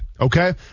okay